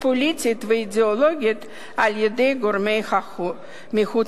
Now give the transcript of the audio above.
פוליטית ואידיאולוגית על-ידי גורמים מחוץ-לארץ.